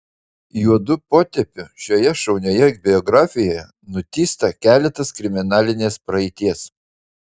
juodu potėpiu šioje šaunioje biografijoje nutįsta keletas kriminalinės praeities